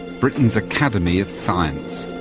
britain's academy of science.